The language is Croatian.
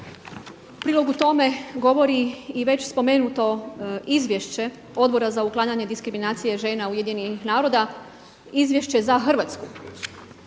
Prilogu tome govori i već spomenuto izvješće Odbora za uklanjanje diskriminacije žena UN-a, izvješće za Hrvatsku.